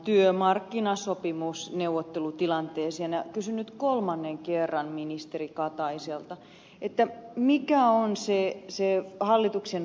kysyn nyt kolmannen kerran ministeri kataiselta mikä on se hallituksen vastaantulo